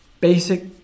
basic